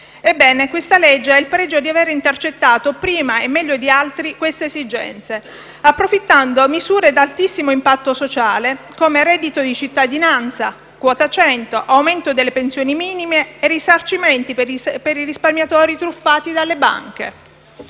La legge ha il pregio di aver intercettato prima e meglio di altri queste esigenze, approfittando di misure ad altissimo impatto sociale come il reddito di cittadinanza, quota cento, aumento delle pensioni minime e i risarcimenti per i risparmiatori truffati dalle banche.